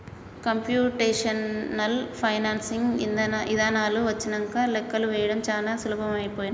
computational financing ఇదానాలు వచ్చినంక లెక్కలు వేయడం చానా సులభమైపోనాది